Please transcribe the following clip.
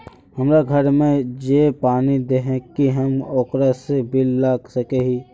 हमरा घर में जे पानी दे है की हम ओकरो से बिल ला सके हिये?